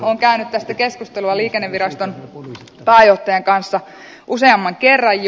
olen käynyt tästä keskustelua liikenneviraston pääjohtajan kanssa useamman kerran jo